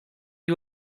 you